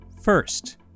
First